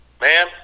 man